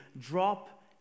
drop